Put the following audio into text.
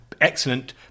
excellent